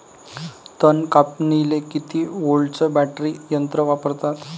तन कापनीले किती व्होल्टचं बॅटरी यंत्र वापरतात?